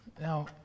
Now